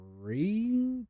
three